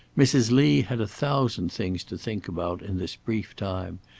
mrs. lee had a thousand things to think about in this brief time,